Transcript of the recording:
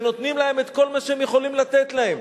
שנותנים להם את כל מה שהם יכולים לתת להם.